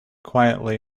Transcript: quietly